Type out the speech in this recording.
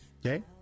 Okay